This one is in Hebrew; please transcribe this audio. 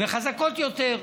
וחזקות, יותר,